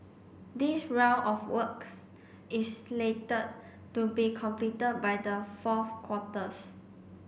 this round of works is slated to be completed by the fourth quarters